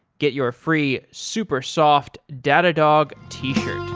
get your free super soft datadog t-shirt